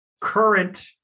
current